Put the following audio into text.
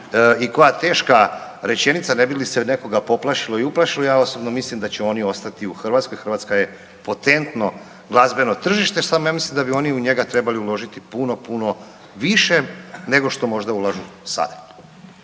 koja teška rečenica ne bi li se nekoga poplašilo ili uplašilo. Ja osobno mislim da će oni ostati u Hrvatskoj, Hrvatska je potentno glazbeno tržište samo ja mislim da bi oni u njega trebali uložiti puno, puno više nego što možda ulažu sada.